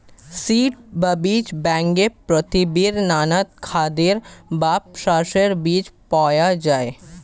seed বা বীজ ব্যাংকে পৃথিবীর নানা খাদ্যের বা শস্যের বীজ পাওয়া যায়